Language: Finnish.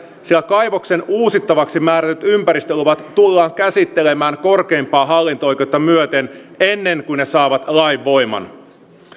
sillä kaivoksen uusittavaksi määrätyt ympäristöluvat tullaan käsittelemään korkeinta hallinto oikeutta myöten ennen kuin ne saavat lainvoiman